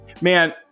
man